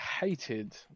hated